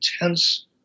intense